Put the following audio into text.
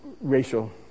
racial